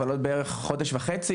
שבעוד כחודש וחצי,